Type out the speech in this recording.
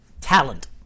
Talent